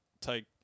take